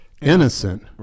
innocent